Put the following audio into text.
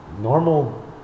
normal